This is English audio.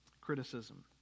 Criticism